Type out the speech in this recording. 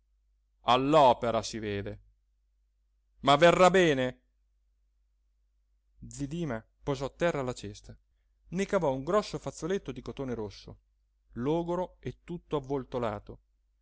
all'opera si vede ma verrà bene zi dima posò a terra la cesta ne cavò un grosso fazzoletto di cotone rosso logoro e tutto avvoltolato